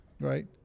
Right